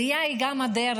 עלייה היא גם הדרך,